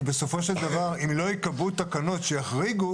כי בסופו של דבר, אם לא ייקבעו תקנות שיחריגו